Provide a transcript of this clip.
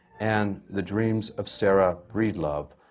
and the dreams of sarah breedlove,